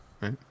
right